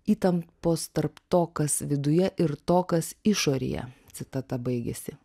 įtampos tarp to kas viduje ir to kas išorėje citata baigiasi